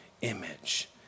image